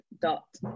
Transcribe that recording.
dot